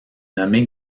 nommé